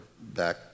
back